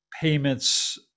payments